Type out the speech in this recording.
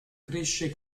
cresce